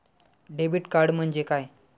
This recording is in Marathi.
डेबिट कार्ड म्हणजे काय?